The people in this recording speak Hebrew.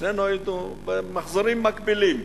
שנינו היינו במחזורים מקבילים,